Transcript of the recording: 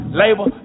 label